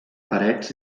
parets